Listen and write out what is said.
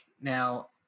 Now